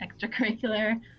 extracurricular